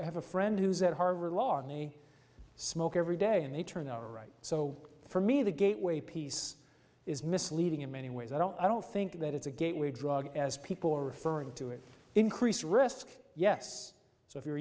have a friend who's at harvard law and me smoke every day and they turn all right so for me the gateway piece is misleading in many ways i don't i don't think that it's a gateway drug as people are referring to it increased risk yes so if you're